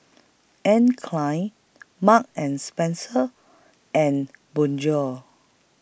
Anne Klein Marks and Spencer and Bonjour